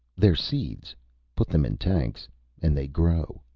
they're seeds put them in tanks and they grow!